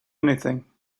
anything